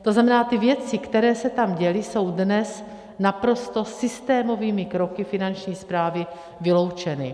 To znamená, ty věci, které se tam děly, jsou dnes naprosto systémovými kroky Finanční správy vyloučeny.